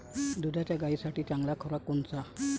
दुधाच्या गायीसाठी चांगला खुराक कोनचा?